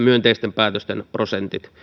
myönteisten päätösten prosentit